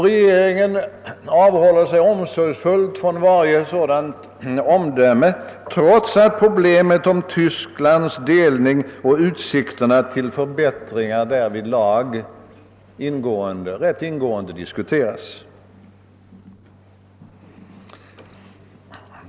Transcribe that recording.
Regeringen avhåller sig omsorgsfullt från varje sådant omdöme trots att problemet om Tysklands delning och utsikterna till förbättringar därvidlag rätt ingående diskuterats.